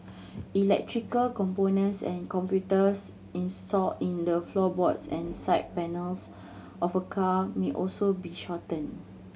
electrical components and computers installed in the floorboards and side panels of a car may also be shorten